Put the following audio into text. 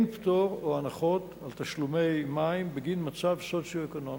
אין פטור או הנחות על תשלומי מים בגין מצב סוציו-אקונומי.